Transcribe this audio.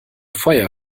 feuer